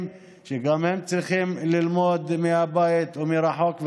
שגם הם צריכים ללמוד מהבית ומרחוק,